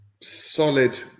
solid